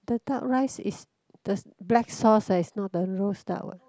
the duck rice is the black sauce eh is not the roast duck what